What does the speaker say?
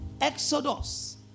Exodus